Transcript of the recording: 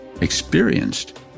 experienced